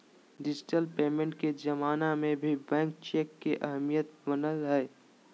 digital payment के जमाना में भी बैंक चेक के अहमियत बनल हइ